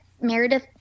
Meredith